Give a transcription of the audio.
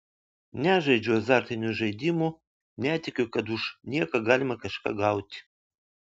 nežaidžiu azartinių žaidimų netikiu kad už nieką galima kažką gauti